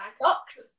box